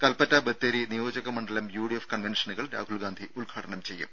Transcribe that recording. കൽപ്പറ്റ ബത്തേരി നിയോജകമണ്ഡലം യുഡിഎഫ് കൺവെൻഷനുകൾ രാഹുൽഗാന്ധി ഉദ്ഘാടനം ചെയ്യും